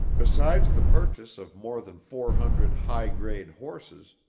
besides the purchase of more than four hundred high grade horses,